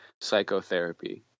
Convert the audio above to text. psychotherapy